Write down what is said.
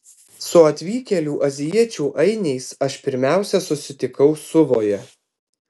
su atvykėlių azijiečių ainiais aš pirmiausia susitikau suvoje